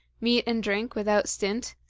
meat and drink without stint,